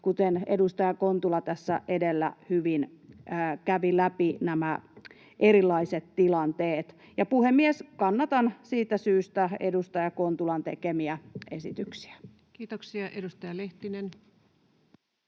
kuten edustaja Kontula tässä edellä hyvin kävi läpi nämä erilaiset tilanteet. Puhemies, kannatan siitä syystä edustaja Kontulan tekemiä esityksiä. [Speech 122] Speaker: